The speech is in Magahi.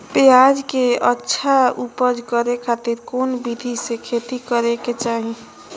प्याज के अच्छा उपज करे खातिर कौन विधि से खेती करे के चाही?